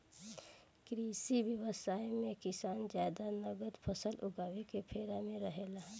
कृषि व्यवसाय मे किसान जादे नगद फसल उगावे के फेरा में रहेला